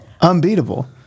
Unbeatable